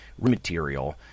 material